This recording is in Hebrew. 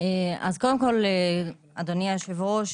אדוני היושב-ראש,